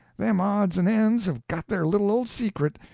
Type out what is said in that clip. them odds and ends have got their little old secret,